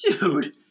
Dude